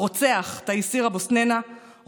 הרוצח תייסיר אבו סנינה,